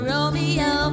Romeo